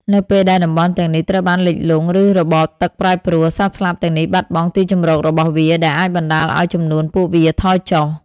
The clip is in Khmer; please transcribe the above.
នៅពេលដែលតំបន់ទាំងនេះត្រូវបានលិចលង់ ឬរបបទឹកប្រែប្រួល សត្វស្លាបទាំងនេះបាត់បង់ទីជម្រករបស់វា ដែលអាចបណ្តាលឱ្យចំនួនពួកវាថយចុះ។